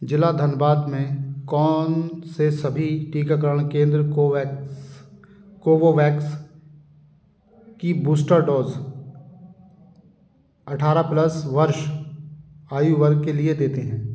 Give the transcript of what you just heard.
जिला धनबाद में कौन से सभी टीकाकरण केंद्र कोवैक्स कोवोवैक्स की बूस्टर डोज़ अठारह प्लस वर्ष आयु वर्ग के लिए देते हैं